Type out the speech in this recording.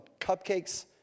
cupcakes